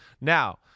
Now